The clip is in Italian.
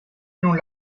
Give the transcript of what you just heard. non